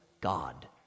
God